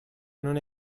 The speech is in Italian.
non